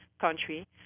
country